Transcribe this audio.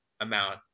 amount